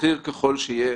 בכיר ככל שיהיה,